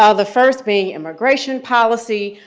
ah the first being immigration policy.